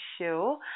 show